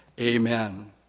Amen